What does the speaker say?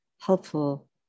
helpful